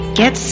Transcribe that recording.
get